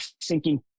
sinking